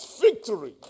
victory